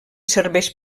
serveix